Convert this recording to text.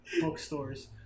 bookstores